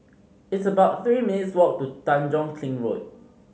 it's about three minutes' walk to Tanjong Kling Road